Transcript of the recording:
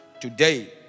today